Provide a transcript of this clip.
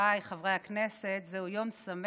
חבריי חברי הכנסת, זהו יום שמח.